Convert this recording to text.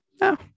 No